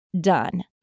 done